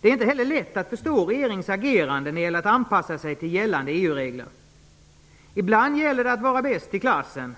Det är inte heller lätt att förstå regeringens agerande när det gäller att anpassa sig till gällande EU regler. Ibland gäller det att vara bäst i klassen.